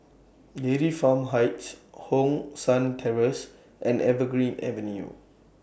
Dairy Farm Heights Hong San Terrace and Evergreen Avenue